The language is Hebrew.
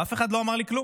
אף אחד לא אמר לי כלום.